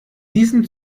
diesem